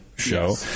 show